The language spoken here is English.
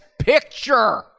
picture